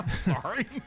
sorry